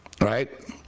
right